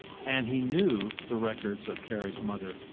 and he knew the records of carrie's mother,